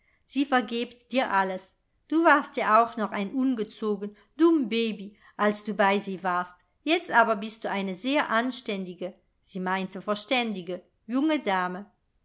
sie vergebt dir alles du warst ja auch noch ein ungezogen dumm baby als du bei sie warst jetzt aber bist du eine sehr anständige sie meinte verständige junge dame